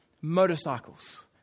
motorcycles